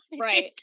Right